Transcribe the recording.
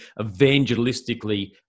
evangelistically